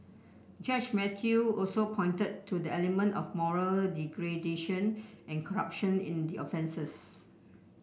Judge Mathew also pointed to the element of moral degradation and corruption in the offences